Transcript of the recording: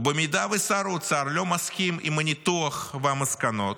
אם שר אוצר לא מסכים עם הניתוח והמסקנות,